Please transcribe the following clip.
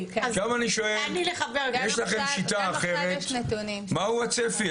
עכשיו אני שואל יש לכם שיטה אחרת, מהו הצפי?